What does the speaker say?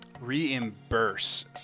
reimburse